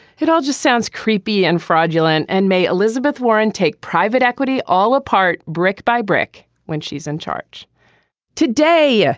it all just sounds creepy and fraudulent. and may elizabeth warren take private equity all apart brick by brick when she's in charge today. yeah